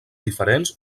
diferents